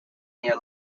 near